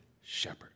shepherd